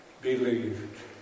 believed